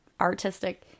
artistic